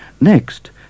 Next